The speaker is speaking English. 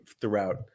throughout